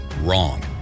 Wrong